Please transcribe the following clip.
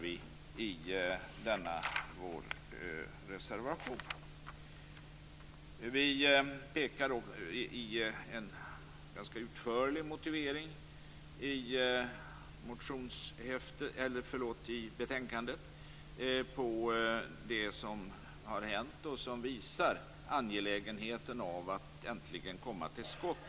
I en ganska utförlig motivering i betänkandet pekar vi på det som har hänt och som visar angelägenheten av att nu äntligen komma till skott.